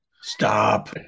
Stop